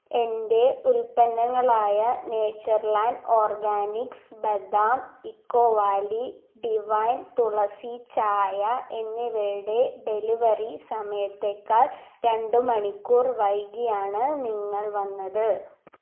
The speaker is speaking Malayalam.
എന്റെ ഉൽപ്പന്നങ്ങളായ നേച്ചർലാൻഡ് ഓർഗാനിക്സ് ബദാം ഇക്കോ വാലി ഡിവൈൻ തുളസി ചായ എന്നിവയുടെ ഡെലിവറി സമയത്തേക്കാൾ രണ്ട് മണിക്കൂർ വൈകിയാണ് നിങ്ങൾ വന്നത്